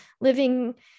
living